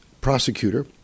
prosecutor